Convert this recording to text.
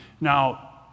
Now